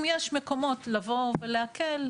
אם יש מקומות לבוא ולהקל,